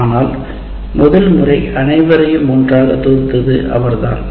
ஆனால் முதல் முறை அனைவரையும் ஒன்றாக தொகுத்தது அவர்தான்